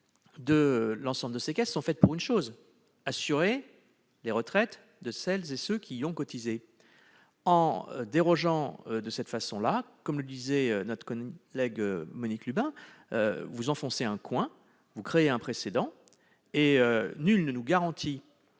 de l'ensemble de ces caisses ont un objectif : assurer les retraites de celles et de ceux qui ont cotisé. En dérogeant à cette règle, comme le disait notre collègue Monique Lubin, vous enfoncez un coin, vous créez un précédent, et rien ne nous garantit